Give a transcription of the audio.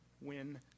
win